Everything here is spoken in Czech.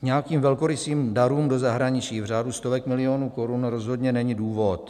Nějakým velkorysým darům do zahraničí v řádu stovek milionů korun rozhodně není důvod.